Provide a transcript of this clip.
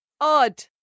Odd